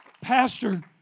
Pastor